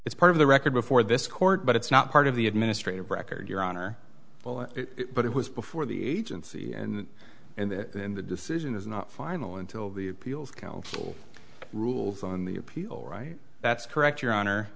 it's part of the record before this court but it's not part of the administrative record your honor but it was before the agency and in the in the decision is not final until the appeals council rules on the appeal right that's correct your honor